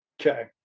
Okay